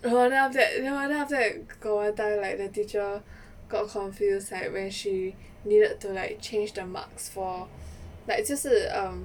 no then after that then after that like got one time like the teacher got confused like when she needed to like change the marks for like 就是 um